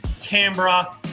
Canberra